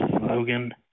Logan